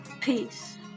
peace